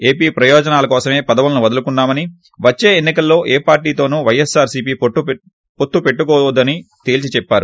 AP ప్రయోజనాల కోసమే పదవులను వదులుకున్నామని వచ్చే ఎన్ని కల్లో ఏ హిర్టీతోనూ వైఎస్సార్ సీపీ పొత్తు పెట్టుకోదని తేల్సిచెప్పారు